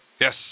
Yes